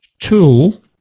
tool